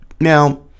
Now